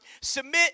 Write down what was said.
submit